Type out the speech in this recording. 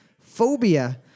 Phobia